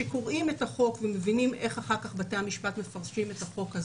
כשקוראים את החוק ומבינים איך אחר כך בתי המשפט מפרשים את החוק הזה,